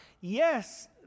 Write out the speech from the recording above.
Yes